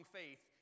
faith